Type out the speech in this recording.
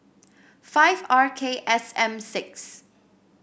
five R K S M six